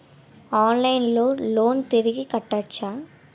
ఆన్లైన్లో లోన్ తిరిగి కట్టోచ్చా?